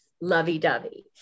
lovey-dovey